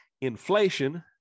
inflation